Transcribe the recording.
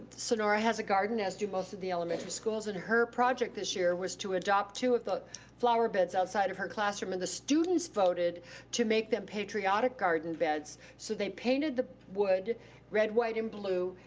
sonora has a garden, as do most of the elementary schools, and her project this year was to adopt two of the flowerbeds outside of her classroom, and the students voted to make them patriotic garden beds. so they painted the wood red, white, and blue,